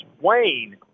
wayne